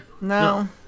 No